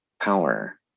power